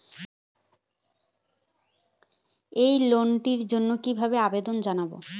এই লোনটির জন্য কিভাবে আবেদন জানাবো?